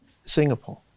Singapore